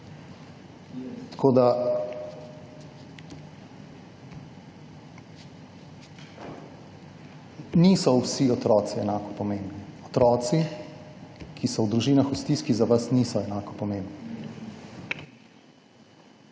Tako, da niso vsi otroci enako pomembno. Otroci, ki so v družinah v stiskah za vas niso enako pomembni.